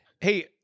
Hey